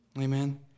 Amen